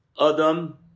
Adam